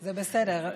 זה בסדר.